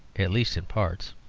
at least in parts.